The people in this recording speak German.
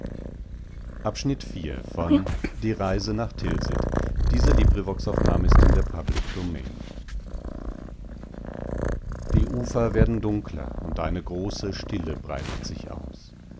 es los die ufer werden dunkler und eine große stille breitet sich aus